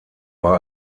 war